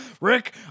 Rick